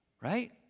right